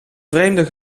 vreemde